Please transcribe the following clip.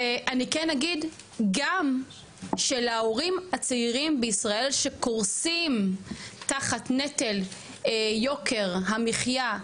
ואני כן אגיד גם שלהורים הצעירים בישראל שקורסים תחת נטל יוקר המחיה,